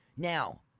Now